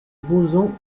boson